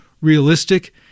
realistic